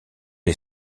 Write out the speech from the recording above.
est